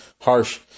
harsh